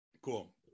Cool